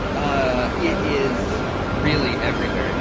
ah it is really everywhere. and